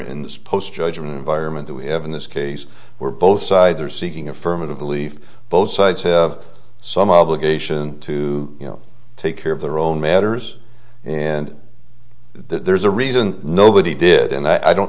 in this post judgment vironment that we have in this case where both sides are seeking affirmative belief both sides have some obligation to you know take care of their own matters and there's a reason nobody did and i don't